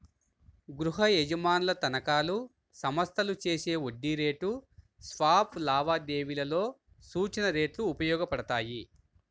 గృహయజమానుల తనఖాలు, సంస్థలు చేసే వడ్డీ రేటు స్వాప్ లావాదేవీలలో సూచన రేట్లు ఉపయోగపడతాయి